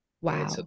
Wow